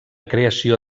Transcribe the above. creació